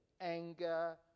anger